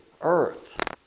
Earth